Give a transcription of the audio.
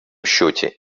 счете